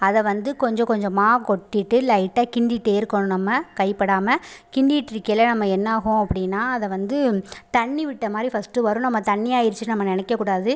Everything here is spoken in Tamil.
அதை வந்து கொஞ்சம் கொஞ்சமாக கொட்டிகிட்டு லைட்டாக கிண்டிட்டே இருக்கணும் நம்ம கைப்படாமல் கிண்டிகிட்டு இருக்கையில் நம்ம என்னாகும் அப்படின்னா அதை வந்து தண்ணி விட்ட மாதிரி ஃபஸ்ட்டு வரும் நம்ம தண்ணியாயிருச்சுனு நம்ம நினைக்கக் கூடாது